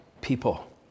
people